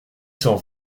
cent